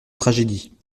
tragédie